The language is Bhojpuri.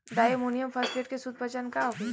डाई अमोनियम फास्फेट के शुद्ध पहचान का होखे?